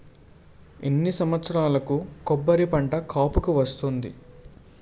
ఎన్ని సంవత్సరాలకు కొబ్బరి పంట కాపుకి వస్తుంది?